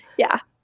yeah.